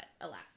alas